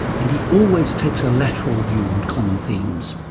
and he always takes a lateral view on common themes.